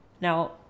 Now